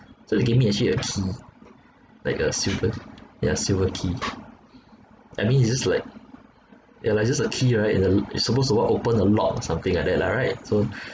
so he gave me actually a key like a silver ya a silver key I mean it's just like ya like just a key right and uh it's supposed to lock open a lock or something like that lah right so